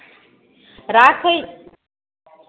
राखै